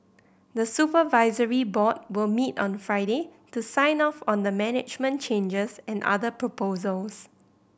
the supervisory board will meet on Friday to sign off on the management changes and other proposals